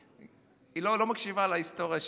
היא לא מקשיבה להיסטוריה של מדינת ישראל,